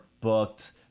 booked